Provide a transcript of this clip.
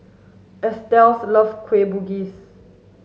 Estes loves Kueh Bugis